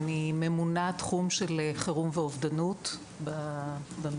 אני ממונה על התחום של חירום ואובדנות במשרד.